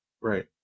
Right